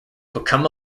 become